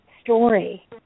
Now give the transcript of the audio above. story